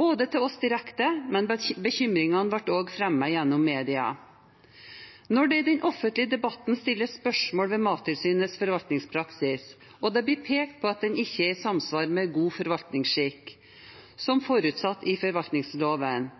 både til oss direkte og gjennom media. Når det i den offentlige debatten ble stilt spørsmål ved Mattilsynets forvaltningspraksis og pekt på at den ikke var i samsvar med god forvaltningsskikk, som forutsatt i forvaltningsloven,